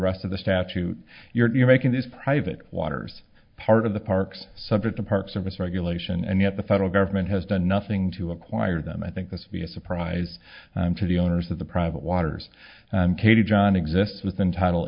rest of the statute you're making these private waters part of the parks subject to park service regulation and yet the federal government has done nothing to acquire them i think this be a surprise to the owners of the private waters katie john exists within title